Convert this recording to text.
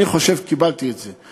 אני חושב שקיבלתי את זה.